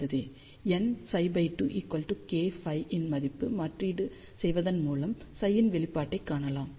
nψ2 k πன் மதிப்பை மாற்றீடு செய்வதன் மூலம் ψ இன் வெளிப்பாட்டைக் காணலாம் ψ2 k πn